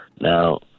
Now